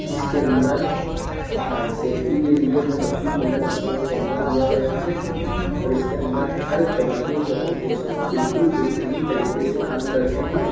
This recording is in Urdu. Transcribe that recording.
اس کے اندر سیلفی کے لئے ہمیں بتیس میگ پکسل کا کیمرا دیا گیا ہے اور اس کے اندر ہر طریقے کا اپلیکیشن بالکل بہترین طریقے سے کام کرتے ہیں